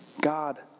God